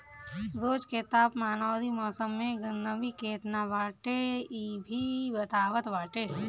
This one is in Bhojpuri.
रोज के तापमान अउरी मौसम में नमी केतना बाटे इ भी बतावत बाटे